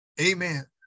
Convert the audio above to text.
Amen